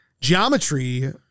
Geometry